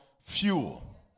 fuel